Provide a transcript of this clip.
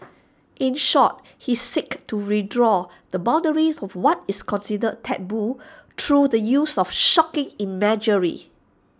in short he seeks to redraw the boundaries of what is considered taboo through the use of shocking imagery